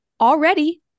already